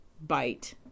bite